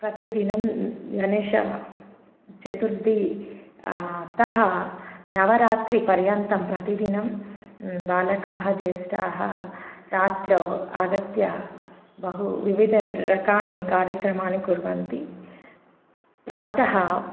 प्रतिदिनं गणेशचतुर्थी तः नवरात्रिपर्यन्तं प्रतिदिनं बालकाः जेष्ठाः रात्रौ आगत्य बहु विविधरकानि कार्यक्रमानि कुर्वन्ति प्रातः